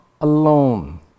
alone